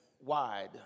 wide